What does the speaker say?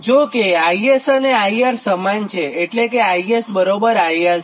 જોકે IS અને IR સમાન છે એટલે કે IS IR છે